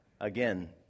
again